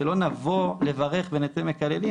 שלא נבוא לברך ונצא מקללים,